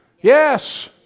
Yes